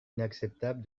inacceptable